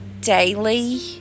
daily